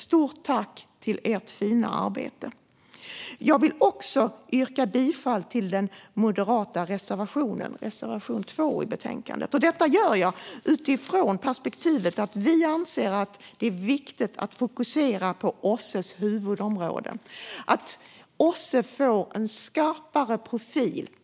Stort tack till er för ert fina arbete! Jag vill också yrka bifall till den moderata reservationen i betänkandet, reservation 2. Detta gör jag utifrån perspektivet att vi anser att det är viktigt att fokusera på OSSE:s huvudområden och att OSSE får en skarpare profil.